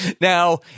Now